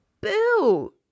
Boo